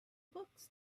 books